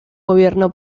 gobierno